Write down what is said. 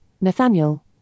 Nathaniel